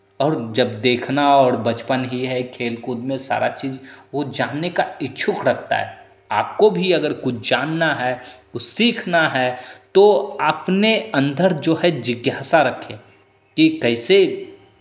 और जब देखना और बचपन ही है खेलकूद में सारा चीज़ वो जानने का इच्छुक रखता है आपको भी अगर कुछ जानना है कुछ सीखना है तो अपने अंदर जो है जिज्ञासा रखें कि कैसे